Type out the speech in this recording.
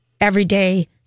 everyday